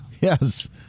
Yes